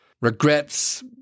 regrets